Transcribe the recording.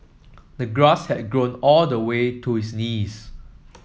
the grass had grown all the way to his knees